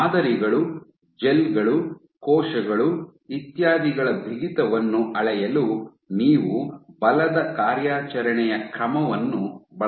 ಮಾದರಿಗಳು ಜೆಲ್ ಗಳು ಕೋಶಗಳು ಇತ್ಯಾದಿಗಳ ಬಿಗಿತವನ್ನು ಅಳೆಯಲು ನೀವು ಬಲದ ಕಾರ್ಯಾಚರಣೆಯ ಕ್ರಮವನ್ನು ಬಳಸುತ್ತೀರಿ